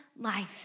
life